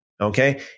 okay